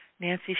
Nancy